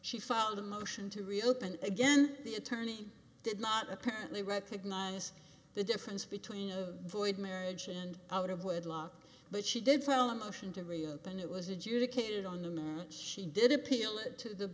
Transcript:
she filed a motion to reopen again the attorney did not apparently recognize the difference between a void marriage and out of wedlock but she did file a motion to reopen it was adjudicated on the she did appeal it to